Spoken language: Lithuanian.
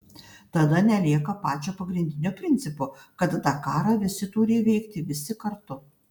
tada nelieka pačio pagrindinio principo kad dakarą visi turi įveikti visi kartu